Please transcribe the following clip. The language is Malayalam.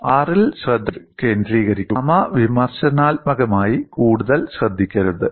R ൽ ശ്രദ്ധ കേന്ദ്രീകരിക്കുക ഗാമാ വിമർശനാത്മകമായി കൂടുതൽ ശ്രദ്ധിക്കരുത്